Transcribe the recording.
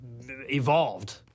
evolved